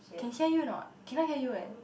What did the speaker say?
can hear you or not cannot hear you eh